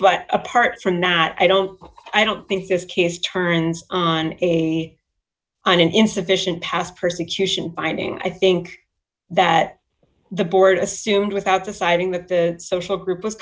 but apart from that i don't i don't think those kids turned on an insufficient past persecution finding i think that the board assumed without deciding that the social group